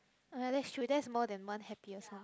oh ya that's true that's more than one happiest lor